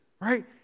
right